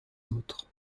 autres